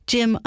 Jim